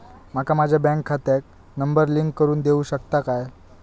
माका माझ्या बँक खात्याक नंबर लिंक करून देऊ शकता काय?